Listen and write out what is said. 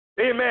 Amen